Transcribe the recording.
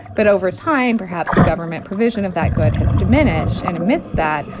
but over time, perhaps the government provision of that good has diminished. and amidst that,